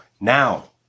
now